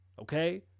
Okay